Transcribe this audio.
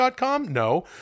No